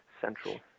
central